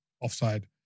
offside